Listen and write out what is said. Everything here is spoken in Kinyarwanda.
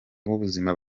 b’ubuzima